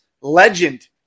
legend